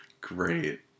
Great